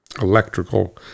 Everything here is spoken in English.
electrical